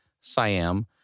Siam